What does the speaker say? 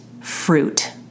fruit